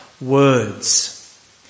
words